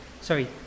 Sorry